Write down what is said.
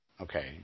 Okay